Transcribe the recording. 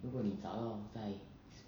如果你找到在